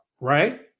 right